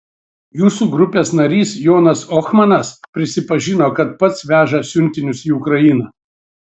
jūsų grupės narys jonas ohmanas prisipažino kad pats veža siuntinius į ukrainą